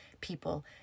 people